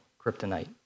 kryptonite